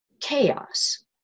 chaos